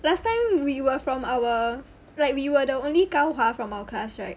last time we were from our like we were the only 高华 from our class right